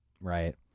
Right